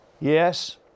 Yes